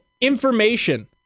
information